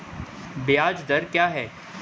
ब्याज दर क्या है?